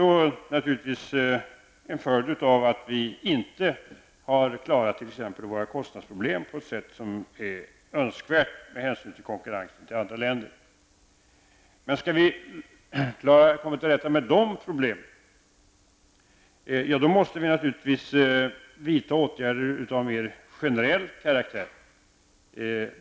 Detta är naturligtvis också en följd av att vi inte klarat våra kostnadsproblem på det sätt som hade varit önskvärt med hänsyn till konkurrensen med andra länder. För att vi skall komma till rätta med de problemen måste vi naturligtvis vidta åtgärder av mer generell karaktär.